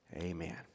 Amen